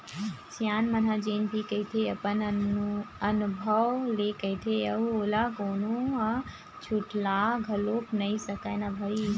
सियान मन ह जेन भी कहिथे अपन अनभव ले कहिथे अउ ओला कोनो ह झुठला घलोक नइ सकय न भई